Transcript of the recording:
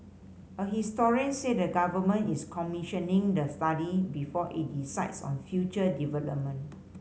a historian said the Government is commissioning the study before it decides on future development